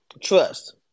Trust